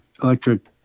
Electric